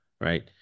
right